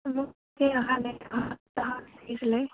অহা সপ্তাহত লাগিছিলে